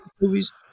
movies